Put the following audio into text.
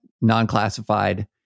non-classified